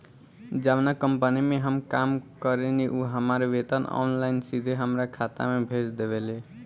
जावना कंपनी में हम काम करेनी उ हमार वेतन ऑनलाइन सीधे हमरा खाता में भेज देवेले